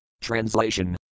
Translation